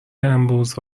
امروز